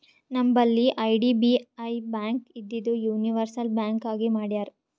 ನಂಬಲ್ಲಿ IDBI bank ಇದ್ದಿದು universal bank ಆಗಿ ಮಾಡ್ಯಾರ್